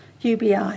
UBI